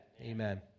Amen